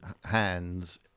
hands